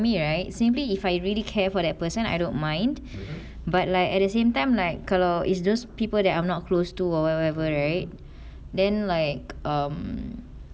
me right simply if I really care for that person I don't mind but like at the same time like kalau is those people that I'm not close to or whatever right then like um